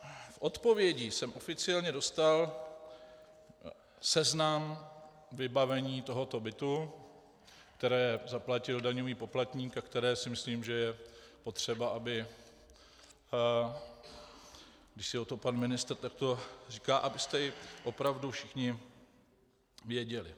V odpovědi jsem oficiálně dostal seznam vybavení tohoto bytu, které zaplatil daňový poplatník a které si myslím, že je potřeba, když si o to pan ministr takto říká, abyste opravdu všichni věděli.